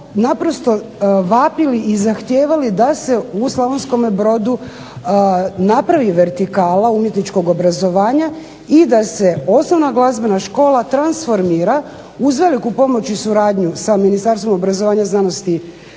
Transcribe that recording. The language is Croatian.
naprosto vapili i zahtijevali da se u Slavonskome Brodu napravi vertikala umjetničkog obrazovanja i da se osnovna glazbena škola transformira uz veliku pomoć i suradnju sa Ministarstvom obrazovanja, znanosti